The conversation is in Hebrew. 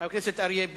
503,